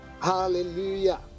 hallelujah